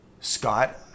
Scott